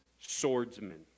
swordsman